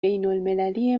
بینالمللی